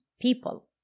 people